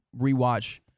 rewatch